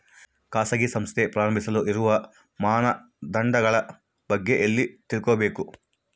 ಖಾಸಗಿ ಸಂಸ್ಥೆ ಪ್ರಾರಂಭಿಸಲು ಇರುವ ಮಾನದಂಡಗಳ ಬಗ್ಗೆ ಎಲ್ಲಿ ತಿಳ್ಕೊಬೇಕು?